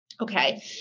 Okay